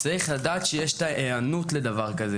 צריך לדעת שיש את ההיענות לדבר כזה,